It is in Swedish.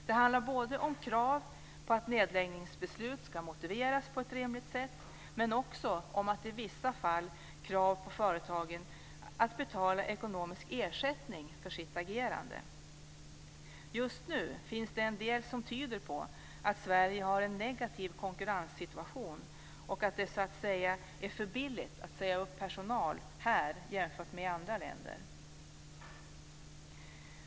Det handlar både om krav på att nedläggningsbeslut ska motiveras på ett rimligt sätt och om krav på att företaget i vissa fall ska betala ekonomisk ersättning för sitt agerande. Just nu finns det en del som tyder på att Sverige har en negativ konkurrenssituation och att det är "för billigt" att säga upp personal här jämfört med i andra länder.